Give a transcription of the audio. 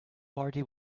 party